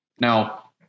Now